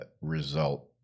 result